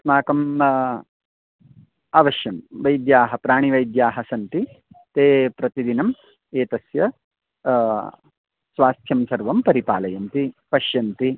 अस्माकम् अवश्यं वैद्याः प्राणीवैद्याः सन्ति ते प्रतिदिनं एतस्य स्वास्थ्यं सर्वं परिपालयन्ति पश्यन्ति